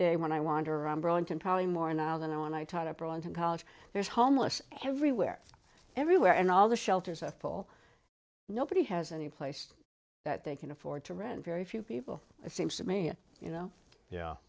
day when i wander around burlington probably more now than i when i taught abroad in college there's homeless everywhere everywhere and all the shelters are full nobody has any place that they can afford to rent very few people it seems to me and you know yeah